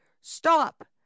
Stop